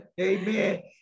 Amen